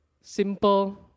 simple